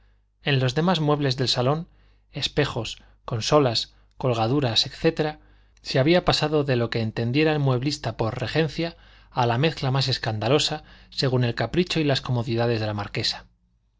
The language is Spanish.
en los demás muebles del salón espejos consolas colgaduras etc se había pasado de lo que entendiera el mueblista por regencia a la mezcla más escandalosa según el capricho y las comodidades de la marquesa